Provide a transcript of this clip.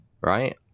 right